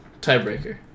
tiebreaker